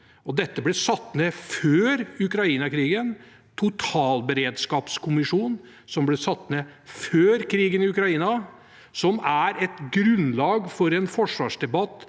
som ble satt ned før Ukraina-krigen, og totalberedskapskommisjonen, som ble satt ned før krigen i Ukraina, er et grunnlag for en forsvarsdebatt